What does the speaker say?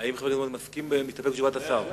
האם חבר הכנסת מוזס מסכים ומסתפק בתשובת השר?